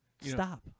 Stop